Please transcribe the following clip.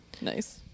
nice